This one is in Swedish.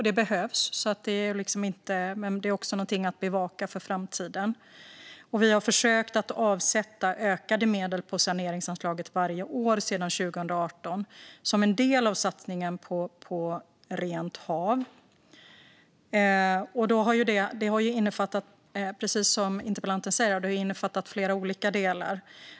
Det behövs, och det är också något att bevaka inför framtiden. Vi har försökt avsätta ökade medel till saneringsanslaget varje år sedan 2018 som en del av satsningen på rent hav. Detta har, precis som interpellanten säger, innefattat flera olika delar.